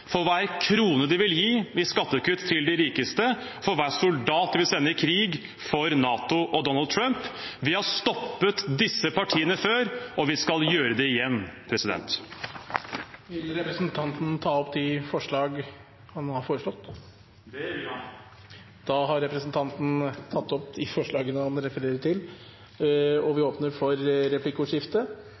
for hver krone de vil gi i skattekutt til de rikeste, for hver soldat de vil sende i krig for NATO og Donald Trump. Vi har stoppet disse partiene før, og vi skal gjøre det igjen. Vil representanten ta opp forslag? Ja, jeg tar opp Rødts forslag. Da har representanten Bjørnar Moxnes tatt opp de forslagene han refererte til. Det blir replikkordskifte.